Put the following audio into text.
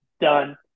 done